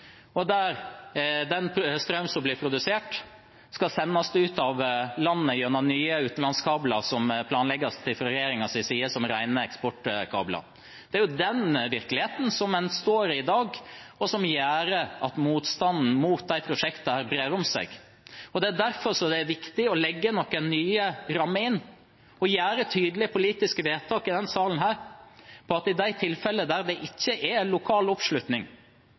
inn, der de ikke får noen verdiskaping knyttet til lokal skattlegging, og der strømmen som blir produsert, skal sendes ut av landet gjennom nye utenlandskabler som planlegges fra regjeringens side som rene eksportkabler. Det er den virkeligheten en står i i dag, og som gjør at motstanden mot de prosjektene brer om seg. Det er derfor det er viktig å legge inn noen nye rammer og gjøre tydelige politiske vedtak i denne salen om at i de tilfellene der det ikke er lokal oppslutning,